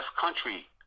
Country